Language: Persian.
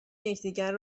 یکدیگر